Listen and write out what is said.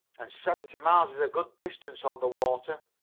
and seventy miles is a good distance on the water.